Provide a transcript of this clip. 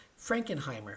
Frankenheimer